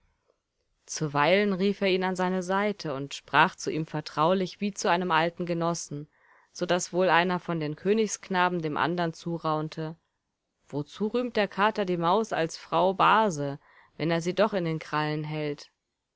zuweilen rief er ihn an seine seite und sprach zu ihm vertraulich wie zu einem alten genossen so daß wohl einer von den königsknaben dem anderen zuraunte wozu rühmt der kater die maus als frau base wenn er sie doch in den krallen hält